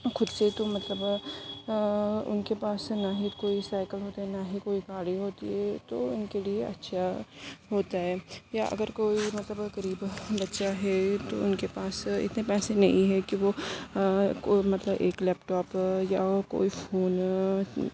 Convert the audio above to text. خود سے تو مطلب ان کے پاس نہ ہی کوئی سائیکل ہوتے ہیں نہ ہی کوئی گاری ہوتی ہے تو ان کے لیے اچھا ہے ہوتا ہے یا اگر کوئی مطلب غریب بچہ ہے تو ان کے پاس اتنے پیسے نہیں ہے کہ وہ مطلب ایک لیپ ٹاپ یا کوئی فون ہو